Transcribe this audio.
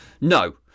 No